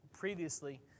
Previously